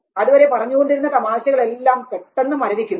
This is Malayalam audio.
അതുവരെ പറഞ്ഞുകൊണ്ടിരുന്ന തമാശകൾ എല്ലാം പെട്ടെന്ന് മരവിക്കുന്നു